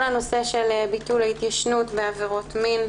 כל הנושא של ביטול ההתיישנות בעבירות מין,